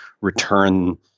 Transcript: return